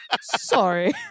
sorry